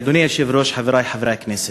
אדוני היושב-ראש, חברי חברי הכנסת,